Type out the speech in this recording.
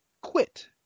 quit